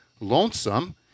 lonesome